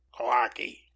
Clarky